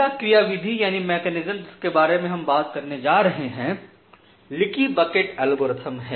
पहला क्रियाविधि जिसके बारे में हम बात करने जा रहे है लीकी बकेट एल्गोरिथ्म है